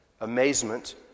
amazement